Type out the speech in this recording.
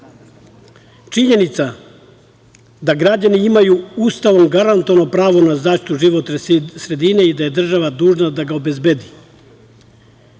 temom. Činjenica da građani imaju Ustavom garantovano pravo na zaštitu životne sredine i da je država dužna da ga obezbedi,